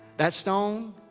that stone,